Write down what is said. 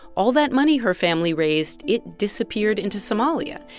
all that money her family raised it disappeared into somalia.